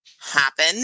happen